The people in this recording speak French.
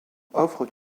offrent